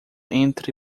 entre